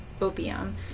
opium